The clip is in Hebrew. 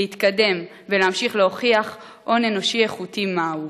להתקדם ולהמשיך להוכיח הון אנושי איכותי מהו.